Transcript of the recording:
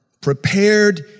prepared